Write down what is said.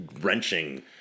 wrenching